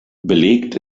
belegt